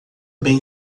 bem